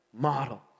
model